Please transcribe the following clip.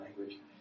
language